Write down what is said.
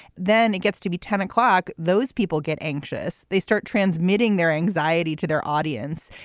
then it gets to be ten o'clock. those people get anxious. they start transmitting their anxiety to their audience.